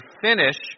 finish